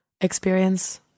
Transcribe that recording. experience